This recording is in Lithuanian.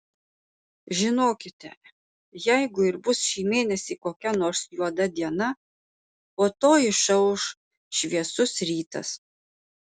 žinokite jeigu ir bus šį mėnesį kokia nors juoda diena po to išauš šviesus rytas